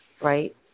Right